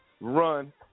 run